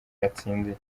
yatsindiye